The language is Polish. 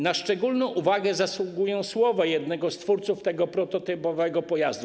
Na szczególną uwagę zasługują słowa jednego z twórców tego prototypowego pojazdu.